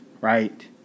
right